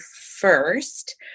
first